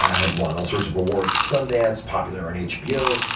had won all sorts of awards at sundance, popular on hbo,